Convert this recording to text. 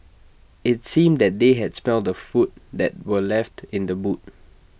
IT seemed that they had smelt the food that were left in the boot